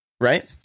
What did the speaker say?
Right